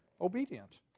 obedient